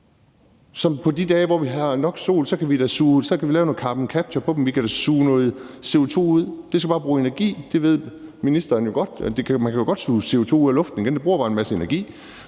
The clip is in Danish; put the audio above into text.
På de dage, hvor vi har nok sol, kan vi lave noget carbon capture på den, vi kan da suge noget CO2 ud. Det skal bare bruge energi, og det ved ministeren jo godt. Man kan godt suge CO2 ud af luften igen, men det bruger bare en masse energi.